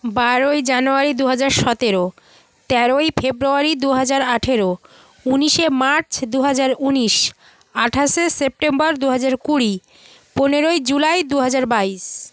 বারোই জানুয়ারি দু হাজার সতেরো তেরোই ফেব্রুয়ারি দু হাজার আঠেরো উনিশে মার্চ দু হাজার উনিশ আঠাশে সেপ্টেম্বর দু হাজার কুড়ি পনেরোই জুলাই দু হাজার বাইশ